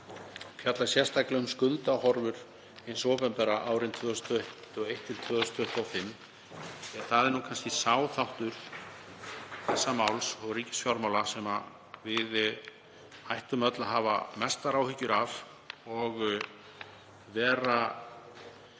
fjalla sérstaklega um skuldahorfur hins opinbera fyrir árin 2021–2025. Það er kannski sá þáttur þessa máls og ríkisfjármála sem við ættum öll að hafa mestar áhyggjur af og